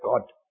God